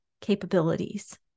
capabilities